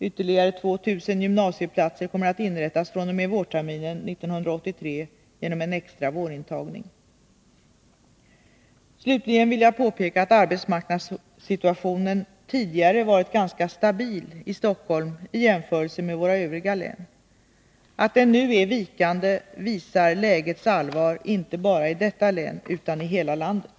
Ytterligare 2 000 gymnasieplatser kommer att inrättas fr.o.m. vårterminen 1983 genom en extra vårintagning. Slutligen vill jag påpeka att arbetsmarknadssituationen tidigare varit ganska stabil i Stockholm i jämförelse med våra övriga län. Att den nu är vikande visar lägets allvar inte bara i detta län, utan i hela landet.